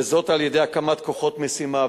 וזאת על-ידי הקמת כוחות משימה.